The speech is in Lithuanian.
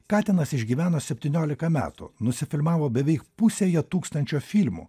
katinas išgyveno septyniolika metų nusifilmavo beveik pusėje tūkstančio filmų